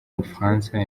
bufaransa